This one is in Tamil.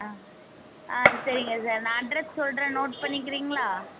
ஆ ஆ சரிங்க சார் நான் அட்ரெஸ் சொல்கிறேன் நோட் பண்ணிக்கிறீங்களா